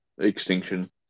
extinction